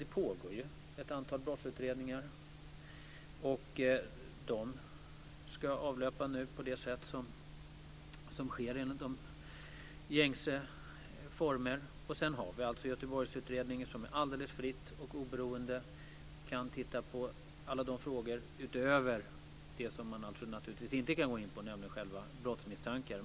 Det pågår ett antal brottsutredningar, och de ska nu avlöpa på det sätt som sker enligt gängse former. Vi har också Göteborgsutredningen, som ju alldeles fritt och oberoende kan titta på alla frågor utöver dem som man naturligtvis inte kan gå in på, nämligen rena brottsmisstankar.